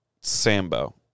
Sambo